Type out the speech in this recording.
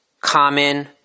common